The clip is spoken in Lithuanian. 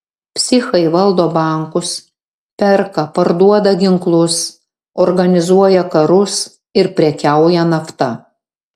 psichai valdo bankus perka parduoda ginklus organizuoja karus ir prekiauja nafta